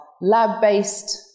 lab-based